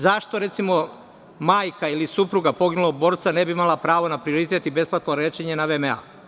Zašto majka ili supruga poginulog borca ne bi imala pravo na prioritet i besplatno lečenje na VMA?